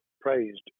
praised